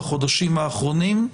בחודשים האחרונים.